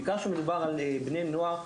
בעיקר כשמדובר על בני נוער,